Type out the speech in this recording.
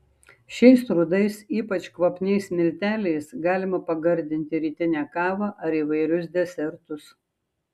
šiais rudais ypač kvapniais milteliais galima pagardinti rytinę kavą ar įvairius desertus